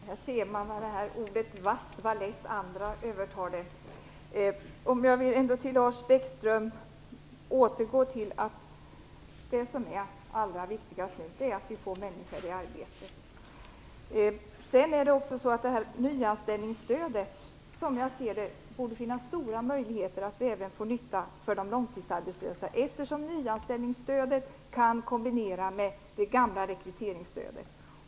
Herr talman! Där ser man vad lätt andra övertar ordet vass i olika sammanhang. Jag vill återgå, Lars Bäckström, till att säga att det allra viktigaste är att få människor i arbete. Det är nämligen så, att det borde finnas stora möjligheter att även de långtidsarbetslösa får nytta av det föreslagna nyanställningsstödet. Nyanställningsstödet kan nämligen kombineras med det gamla rekryteringsstödet.